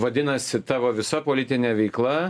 vadinasi tavo visa politinė veikla